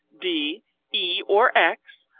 de e or ex,